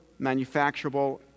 manufacturable